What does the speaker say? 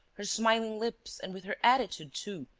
her smiling lips and with her attitude too,